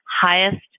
highest